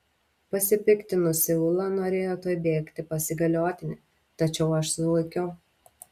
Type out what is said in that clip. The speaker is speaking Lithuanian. pasipiktinusi ula norėjo tuoj bėgti pas įgaliotinį tačiau aš sulaikiau